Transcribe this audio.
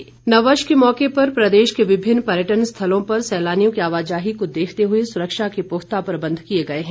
नववर्ष तैयारी नववर्ष के मौके पर प्रदेश के विभिन्न पर्यटन स्थलों पर सैलानियों की आवाजाही को देखते हुए सुरक्षा के पुख्ता प्रबंध किए जा रहे हैं